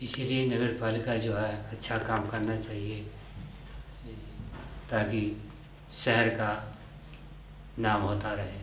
इसलिए नगर पालिका जो है अच्छा काम करना चाहिए यही ताकि शहर का नाम होता रहे